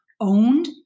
owned